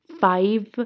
five